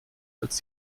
als